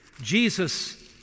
Jesus